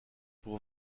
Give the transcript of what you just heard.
pour